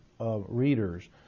readers